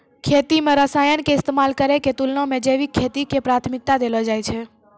खेती मे रसायन के इस्तेमाल करै के तुलना मे जैविक खेती के प्राथमिकता देलो जाय छै